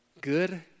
good